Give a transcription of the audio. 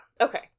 Okay